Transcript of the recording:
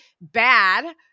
bad